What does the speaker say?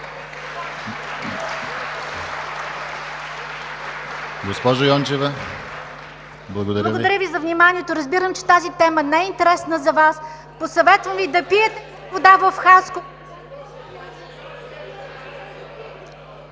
Госпожо Йончева, благодаря Ви. ЕЛЕНА ЙОНЧЕВА: Благодаря Ви за вниманието. Разбирам, че тази тема не е интересна за Вас, съветвам Ви да пиете вода в Хасково